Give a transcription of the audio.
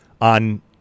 on